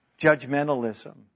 judgmentalism